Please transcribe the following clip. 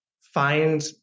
find